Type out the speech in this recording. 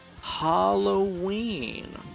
Halloween